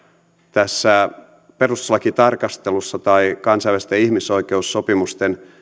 tässä perustuslakitarkastelussa tai kansainvälisten ihmisoikeussopimusten